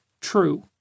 true